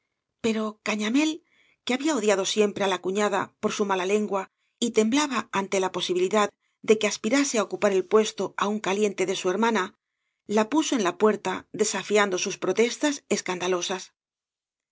pero cañamél que había odiado siempre á la cuñada por su mala lengua y temblaba ante la posibilidad de que aspirase á ocupar el puesto aún caliente de su hermana la puso en la puerta desafiando sus protestas escandalosas